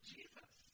Jesus